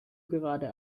gerade